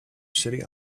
city